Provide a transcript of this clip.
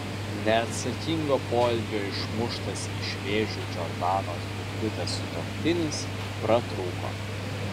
neatsakingo poelgio išmuštas iš vėžių džordanos butkutės sutuoktinis pratrūko